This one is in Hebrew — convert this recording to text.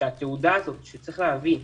שהתעודה הזאת תהיה חובה